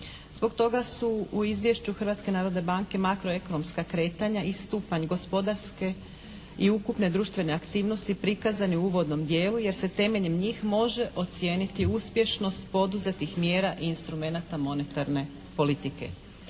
Zbog toga su u izvješću Hrvatske narodne banke makro ekonomska kretanja i stupanj gospodarske i ukupne društvene aktivnosti prikazani u uvodnom dijelu jer se temeljem njih može ocijeniti uspješnost poduzetnih mjera i instrumenata monetarne politike.